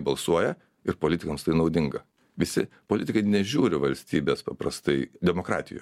balsuoja ir politikams tai naudinga visi politikai nežiūri valstybės paprastai demokratijoj